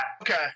okay